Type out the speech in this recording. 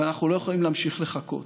ואנחנו לא יכולים להמשיך לחכות.